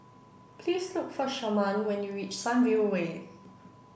please look for Sharman when you reach Sunview Way